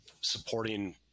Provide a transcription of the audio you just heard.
supporting